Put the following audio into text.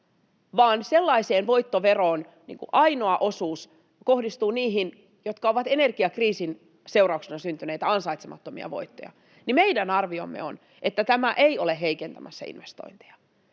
ennakoida, vaan ainoa osuus kohdistuu niihin, jotka ovat energiakriisin seurauksena syntyneitä ansaitsemattomia voittoja, niin meidän arviomme on, että tämä ei ole heikentämässä investointeja.